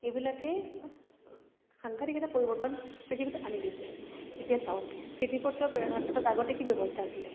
এইবিলাকেই সাংঘাতিক এটা পৰিৱৰ্তন পৃথিৱীত আনি দিছে এতিয়া চাওক চিঠি পত্ৰ প্ৰেৰণৰ ক্ষেত্ৰত আগতে কি ব্যৱস্থা আছিলে